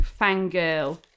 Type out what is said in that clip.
fangirl